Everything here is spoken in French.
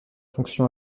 fonction